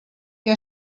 què